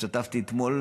השתתפתי אתמול